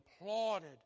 applauded